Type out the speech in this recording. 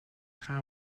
how